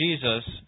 Jesus